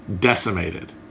decimated